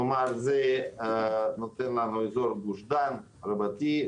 זה נותן את אזור גוש דן רבתי